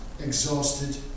exhausted